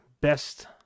Best